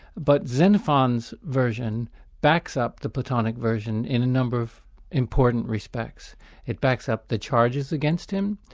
but xenophon's version backs up the platonic version in a number of important respects it backs up the charges against him,